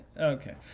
Okay